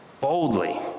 boldly